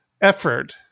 effort